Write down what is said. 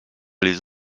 les